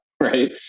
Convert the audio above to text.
Right